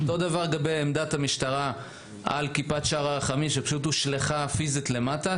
אותו דבר לגבי עמדת המשטרה על כיפת שער הרחמים שפשוט הושלכה פיזית למטה,